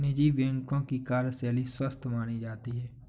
निजी बैंकों की कार्यशैली स्वस्थ मानी जाती है